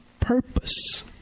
purpose